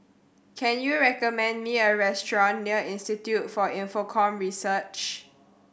can you recommend me a restaurant near Institute for Infocomm Research